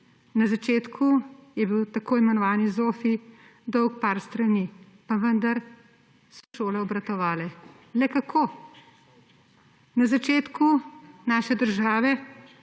Na začetku je bil tako imenovani ZOFVI dolg nekaj strani. Pa vendar so šole obratovale. Le kako? Na začetku naše države